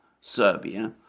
Serbia